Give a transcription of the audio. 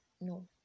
No